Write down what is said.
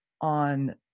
on